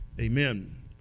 amen